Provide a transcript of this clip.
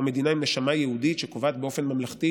או מדינה עם נשמה יהודית שקובעת באופן ממלכתי